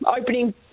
opening